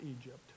Egypt